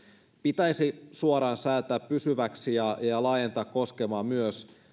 pitäisi suoraan säätää pysyväksi ja ja laajentaa koskemaan myös